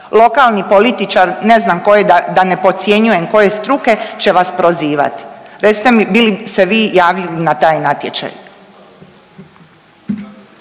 lokalni političar ne znam koje, da, da ne podcjenjujem koje struke, će vas prozivati. Recite mi bi li se vi javili na taj natječaj?